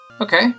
Okay